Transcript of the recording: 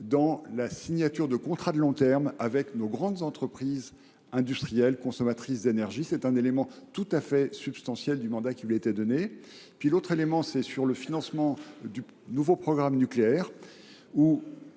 dans la signature de contrats de long terme avec nos grandes entreprises industrielles consommatrices d’énergie. C’est un élément tout à fait substantiel du mandat qui avait été donné à M. Rémont. Un autre désaccord portait sur le financement du nouveau programme nucléaire.